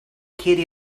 katie